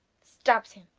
stabs him.